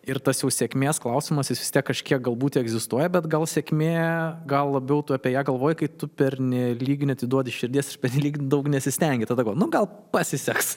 ir tas jau sėkmės klausimas jis vis tiek kažkiek galbūt egzistuoja bet gal sėkmė gal labiau tu apie ją galvoji kai tu pernelyg neatiduodi širdies ir pernelyg daug nesistengi tada galvoji gal pasiseks